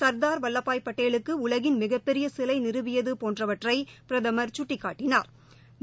சுர்தார் வல்லபாய் படேலுக்குஉலகின் மிகப்பெரியசிலைநிறுவியதுபோன்றவற்றைபிரதமா் குட்டிக்காட்டினாா்